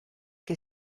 che